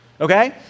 Okay